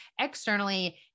externally